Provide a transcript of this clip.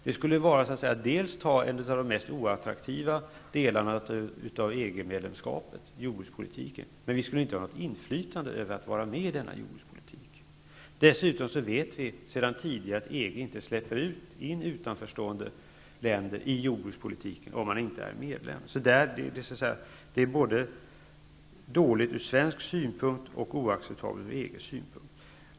Det skulle då bli fråga om en av de minst attraktiva delarna av EG-medlemskapet, jordbrukspolitiken. Men vi skulle inte ha något inflytande över denna jordbrukspolitik genom att vara med här. Dessutom vet vi sedan tidigare att EG inte släpper in utanförstående länder som inte är medlemmar på det jordbrukspolitiska området. Det här alternativet är alltså både dåligt från svensk synpunkt och oacceptabelt från EG:s synpunkt.